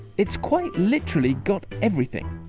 it's quite literally got everything,